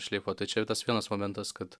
šleifo tai čia jau tas vienas momentas kad